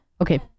Okay